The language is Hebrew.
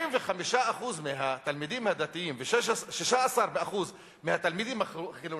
45% מהתלמידים הדתיים ו-16% מהתלמידים החילונים,